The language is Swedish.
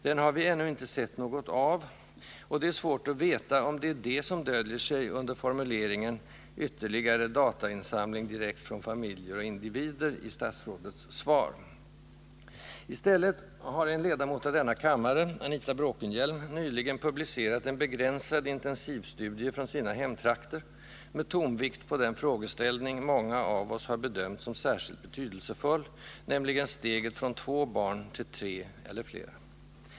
Den har vi ännu inte sett något av, och det är svårt att veta om det är den som döljer sig under formuleringen ”ytterligare datainsamling direkt från familjer och individer” i statsrådets svar. I stället har en ledamot av denna kammare, Anita Bråkenhielm, nyligen publicerat en begränsad intensivstudie från sina hemtrakter med tonvikt på den frågeställning många av oss har bedömt som särskilt betydelsefull, nämligen steget från två barn till tre — eller flera.